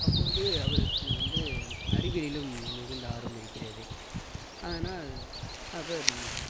அப்போது அவருக்கு வந்து அறிவியலிலும் மிகுந்த ஆர்வம் இருக்கிறது அதனால் அவர்